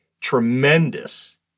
tremendous